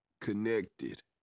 Connected